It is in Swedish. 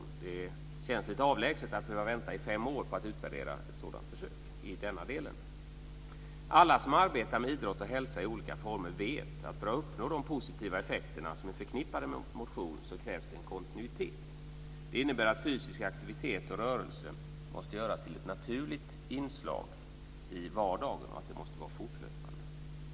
Det känns lite avlägset att behöva vänta i fem år på att utvärdera ett sådant försök i denna del. Alla som arbetar med idrott och hälsa i olika former vet att det för att uppnå de positiva effekter som är förknippade med motion krävs en kontinuitet. Det innebär att fysisk aktivitet och rörelse måste göras till ett naturligt inslag i vardagen och att den måste ske fortlöpande.